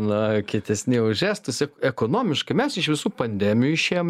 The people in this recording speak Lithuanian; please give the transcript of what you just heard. na kietesni už estus ekonomiškai mes iš visų pandemijų išėjom